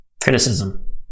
criticism